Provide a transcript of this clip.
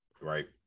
Right